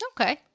Okay